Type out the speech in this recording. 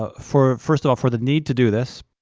ah for, first of all, for the need to do this.